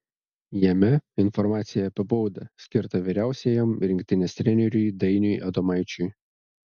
jame informacija apie baudą skirtą vyriausiajam rinktinės treneriui dainiui adomaičiui